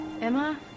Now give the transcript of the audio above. Emma